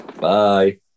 Bye